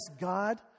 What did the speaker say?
God